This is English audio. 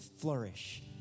flourish